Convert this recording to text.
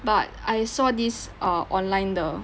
but I saw these err online 的